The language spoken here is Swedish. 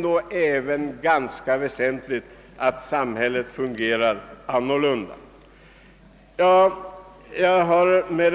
dock också vara ganska väsentligt att samhället fås att fungera på ett bättre sätt.